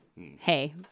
hey